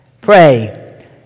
Pray